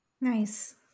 Nice